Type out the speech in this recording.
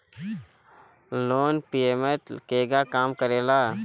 Loan repayment केगा काम करेला?